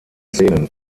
szenen